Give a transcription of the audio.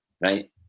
right